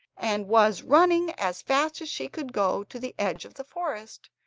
and was running as fast as she could go to the edge of the forest,